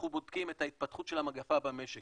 אנחנו בודקים את ההתפתחות של ההדבקה במשק.